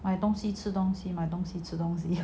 买东西吃东西买东西吃东西